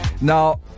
Now